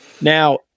now